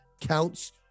counts